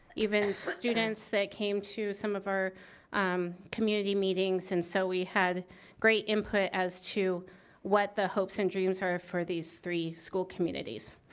even students that came to some of our community meetings and so we had great input as to what the hopes and dreams are for these three school communities.